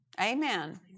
Amen